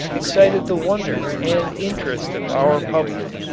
excited the wonder and interest of our public.